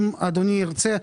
אם אדוני ירצה,